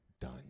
done